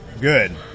Good